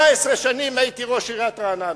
17 שנה הייתי ראש עיריית רעננה.